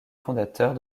fondateurs